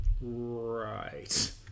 Right